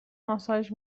ماساژ